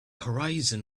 horizon